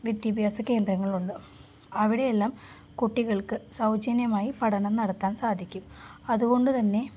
വിദ്യാഭ്യാസകേന്ദ്രങ്ങളുണ്ട് അവിടെയെല്ലാം കുട്ടികൾക്ക് സൗജന്യമായി പഠനം നടത്താൻ സാധിക്കും അതുകൊണ്ട് തന്നെ